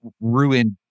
ruined